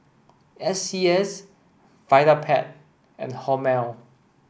S C S Vitapet and Hormel